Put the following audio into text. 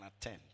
attend